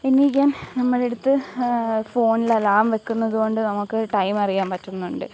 എണീക്കാൻ നമ്മളെ അടുത്ത് ഫോണിൽ അലാം വെക്കുന്നതുകൊണ്ട് നമുക്ക് ടൈം അറിയാൻ പറ്റുന്നുണ്ട്